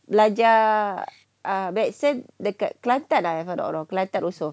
belajar medicine dekat kelantan lah if I'm not wrong kelantan also